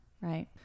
Right